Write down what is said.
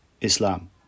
Islam